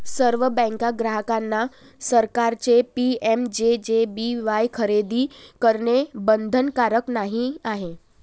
सर्व बँक ग्राहकांना सरकारचे पी.एम.जे.जे.बी.वाई खरेदी करणे बंधनकारक नाही आहे